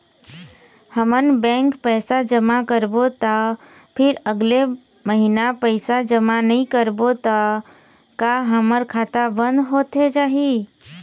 हमन बैंक पैसा जमा करबो ता फिर अगले महीना पैसा जमा नई करबो ता का हमर खाता बंद होथे जाही?